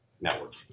network